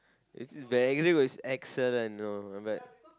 it's his very got his accent and all but